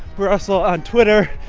we're also on twitter,